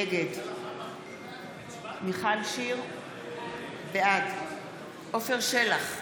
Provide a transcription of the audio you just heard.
נגד מיכל שיר, בעד עפר שלח,